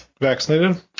vaccinated